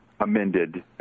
amended